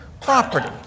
property